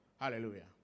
Hallelujah